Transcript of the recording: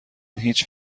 هیچ